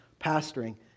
pastoring